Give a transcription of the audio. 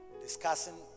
Discussing